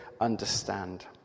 understand